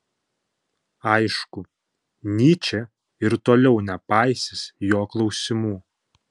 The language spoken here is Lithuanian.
aišku nyčė ir toliau nepaisys jo klausimų